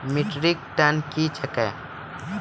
Metric tonne कया हैं?